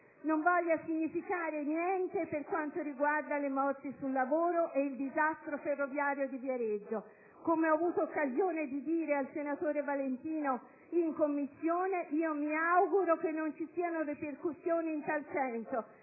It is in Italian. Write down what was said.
non voglia significare niente per quanto riguarda le morti sul lavoro e il disastro ferroviario di Viareggio. Come ho avuto occasione di dire al senatore Valentino in Commissione, mi auguro che non ci siano ripercussioni in tal senso,